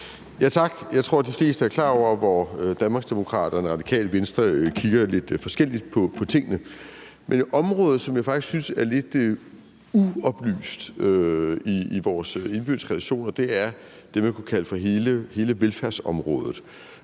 Tak. Jeg tror, de fleste er klar over, hvor Danmarksdemokraterne og Radikale Venstre kigger lidt forskelligt på tingene. Men et område, som jeg faktisk synes er lidt uoplyst i vores indbyrdes relationer, er det, man kunne kalde for hele velfærdsområdet.